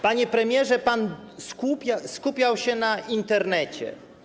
Panie premierze, pan skupiał się na Internecie.